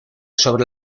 sobre